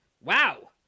wow